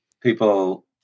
people